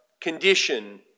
condition